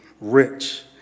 rich